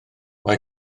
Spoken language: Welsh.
mae